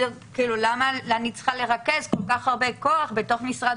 למה אני צריכה לרכז כל כך הרבה כוח בתוך משרד